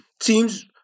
teams